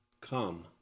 Come